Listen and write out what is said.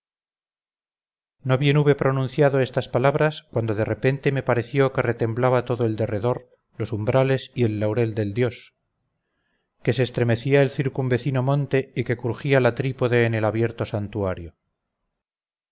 no bien hube pronunciado estas palabras cuando de repente me pareció que retemblaba todo en derredor los umbrales y el laurel del dios que se estremecía el circunvecino monte y que crujía la trípode en el abierto santuario